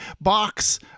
box